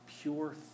pure